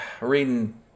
reading